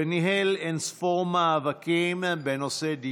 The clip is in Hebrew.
וניהל אין-ספור מאבקים בנושאי דיור,